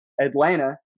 atlanta